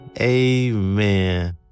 amen